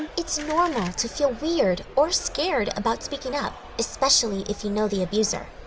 it's normal to feel weird or scared about speaking up, especially if you know the abuser,